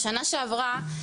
בשנה שעברה,